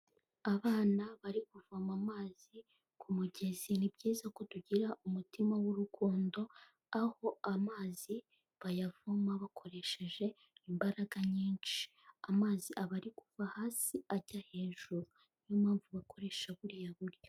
Abana bari kuvoma amazi ku mugezi, ni byiza ko tugira umutima w'urukundo, aho amazi bayavoma bakoresheje imbaraga nyinshi. Amazi aba ari kuva hasi ajya hejuru, ni yo mpamvu bakoresha buriya buryo.